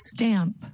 Stamp